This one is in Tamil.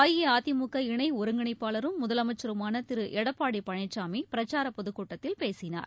அஇஅதிமுக இணை ஒருங்கிணைப்பாளரும் முதலமைச்சருமான திரு எடப்பாடி பழனிசாமி பிரச்சார பொதுக்கூட்டத்தில் பேசினார்